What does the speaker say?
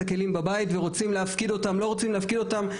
את הכלים בבית ורוצים להפקיד אותם או לא רוצים להפקיד אותם.